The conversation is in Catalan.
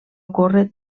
ocórrer